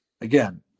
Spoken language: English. Again